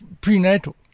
prenatal